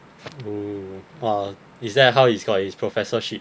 oh !wah! is that how he got his professorship